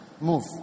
Move